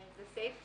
זה סעיף